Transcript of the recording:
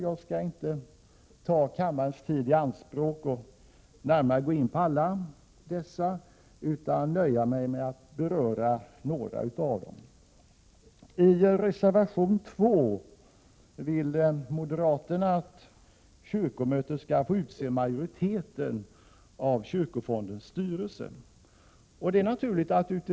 Jag skall inte ta kammarens tid i anspråk med att närmare gå in på alla dessa utan nöjer mig med att beröra några av dem. I reservation 2 föreslår moderaterna att kyrkomötet skall få utse majoriteten av kyrkofondens styrelse.